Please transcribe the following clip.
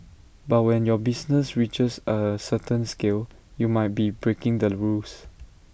but when your business reaches A certain scale you might be breaking the rules